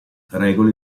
regole